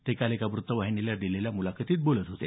ते काल एका वृत्तवाहिनीला दिलेल्या मुलाखतीत बोलत होते